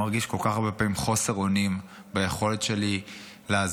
כל כך הרבה פעמים חוסר אונים ביכולת שלי לעזור.